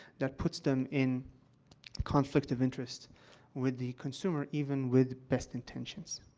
that puts them in conflict of interest with the consumer even with best intentions.